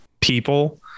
people